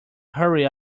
hurry